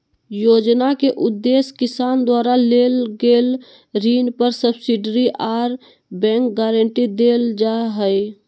योजना के उदेश्य किसान द्वारा लेल गेल ऋण पर सब्सिडी आर बैंक गारंटी देल जा हई